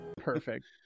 perfect